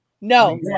No